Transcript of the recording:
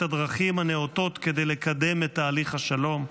הדרכים הנאותות כדי לקדם את תהליך השלום.